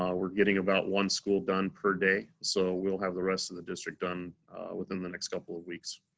um we're getting about one school done per day. so we'll have the rest of the district done within the next couple of weeks.